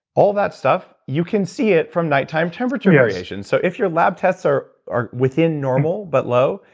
all that stuff, you can see it from nighttime temperature variations, so if your lab tests are are within normal, but low,